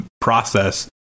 process